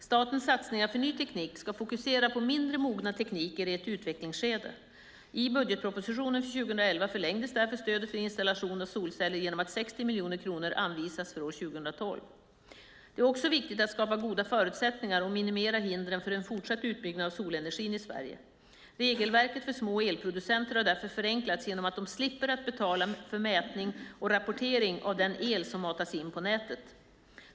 Statens satsningar för ny teknik ska fokusera på mindre mogna tekniker i ett utvecklingsskede. I budgetpropositionen för 2011 förlängdes därför stödet för installation av solceller genom att 60 miljoner kronor anvisas för år 2012. Det är också viktigt att skapa goda förutsättningar och minimera hindren för en fortsatt utbyggnad av solenergin i Sverige. Regelverket för små elproducenter har därför förenklats genom att de slipper att betala för mätning och rapportering av den el som matats in på nätet.